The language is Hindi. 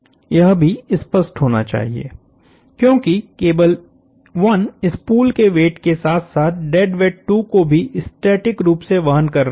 यह भी स्पष्ट होना चाहिए क्योंकि केबल 1 स्पूल के वेट के साथ साथ डेड वेट 2 को भी स्टैटिक रूप से वहन कर रहा है